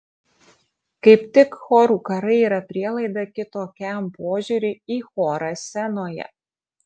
kaip tik chorų karai yra prielaida kitokiam požiūriui į chorą scenoje